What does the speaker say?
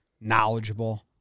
knowledgeable